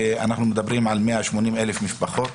אנחנו מדברים על 180,000 משפחות.